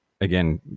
again